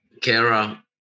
Kara